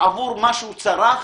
עבור מה שהוא צרך,